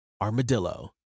Armadillo